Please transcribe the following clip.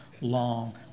long